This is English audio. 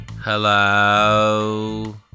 Hello